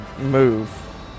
move